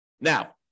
Now